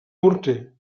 morter